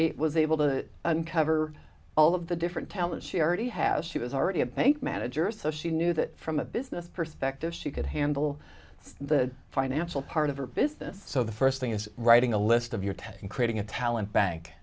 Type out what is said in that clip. she was able to uncover all of the different talents she already has she was already a bank manager so she knew that from a business perspective she could handle the financial part of her business so the first thing is writing a list of your tech and creating a talent bank